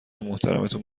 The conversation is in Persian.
محترمتون